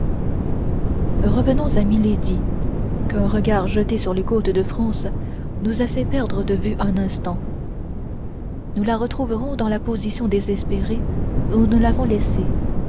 revenons à milady qu'un regard jeté sur les côtes de france nous a fait perdre de vue un instant nous la retrouverons dans la position désespérée où nous l'avons laissée